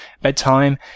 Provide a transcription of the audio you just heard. bedtime